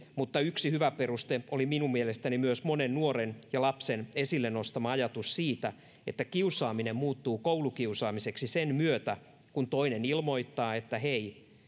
mutta yksi hyvä peruste oli minun mielestäni myös monen nuoren ja lapsen esille nostama ajatus siitä että kiusaaminen muuttuu koulukiusaamiseksi sen myötä kun toinen ilmoittaa että hei